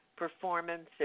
performances